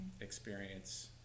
experience